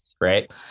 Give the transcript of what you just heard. right